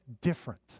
different